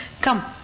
come